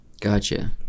Gotcha